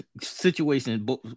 situation